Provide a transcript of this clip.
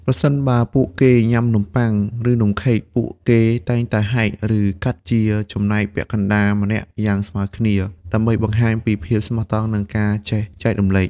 ប្រសិនបើពួកគេញ៉ាំនំប៉័ង ឬនំខេក ពួកគេតែងតែហែក ឬកាត់ជាចំណែកពាក់កណ្ដាលម្នាក់យ៉ាងស្មើគ្នា ដើម្បីបង្ហាញពីភាពស្មោះត្រង់ និងការចេះចែករំលែក។